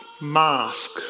mask